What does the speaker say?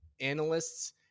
analysts